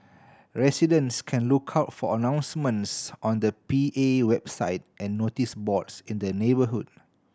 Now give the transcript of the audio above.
residents can look out for announcements on the P A website and notice boards in the neighbourhood